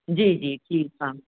जी जी जी हा